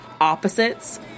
opposites